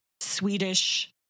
swedish